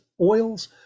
oils